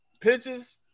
Pitches